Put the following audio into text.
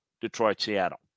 Detroit-Seattle